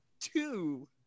two